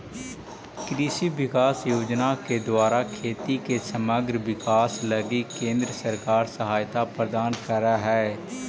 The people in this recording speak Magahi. कृषि विकास योजना के द्वारा खेती के समग्र विकास लगी केंद्र सरकार सहायता प्रदान करऽ हई